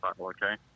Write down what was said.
okay